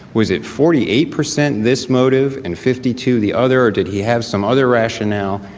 was it forty eight percent, this motive and fifty to the other, or did he have some other rationale?